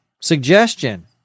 suggestion